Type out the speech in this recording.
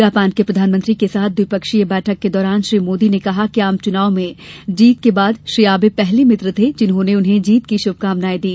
Japan के प्रधानमंत्री के साथ द्विपक्षीय बैठक के दौरान श्री मोदी ने कहा कि आम चुनाव में जीत के बाद श्री आबे पहले मित्र थे जिन्होंने उन्हें जीत की शुभकामनाए दी